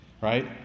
right